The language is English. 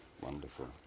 Wonderful